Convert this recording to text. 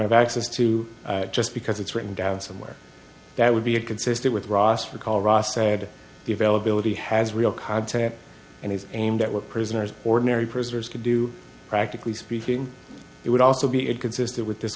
have access to just because it's written down somewhere that would be a consistent with ross recall ross said the availability has real content and is aimed at what prisoners ordinary prisoners could do practically speaking it would also be it consistent